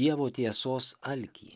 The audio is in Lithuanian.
dievo tiesos alkį